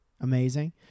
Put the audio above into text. amazing